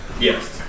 Yes